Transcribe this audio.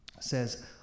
says